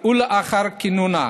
ולאחר כינונה.